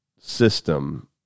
system